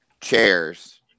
chairs